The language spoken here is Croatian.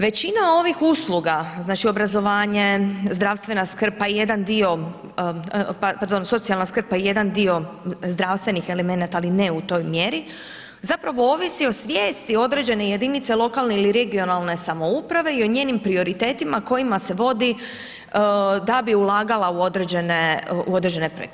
Većina ovih usluga, znači obrazovanje, zdravstvena skrb pa i jedan dio, pardon, socijalna skrb, pa i jedan dio zdravstvenih elemenata ali ne u toj mjeri, zapravo ovisi o svijesti određene jedinice lokalne ili regionalne samouprave i o njenim prioritetima kojima se vodi da bi ulagala u određene projekte.